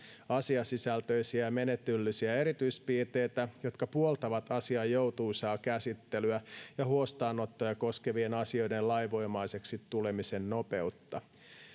asiasisältöisiä menettelyllisiä erityispiirteitä jotka puoltavat asian joutuisaa käsittelyä ja huostaanottoja koskevien asioiden lainvoimaiseksi tulemisen nopeutta